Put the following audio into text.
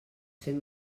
fent